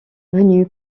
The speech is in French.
venu